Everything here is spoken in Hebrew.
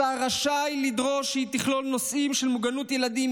השר רשאי לדרוש שהיא תכלול נושאים של מוגנות ילדים,